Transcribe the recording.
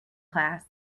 class